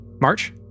March